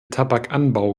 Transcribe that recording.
tabakanbau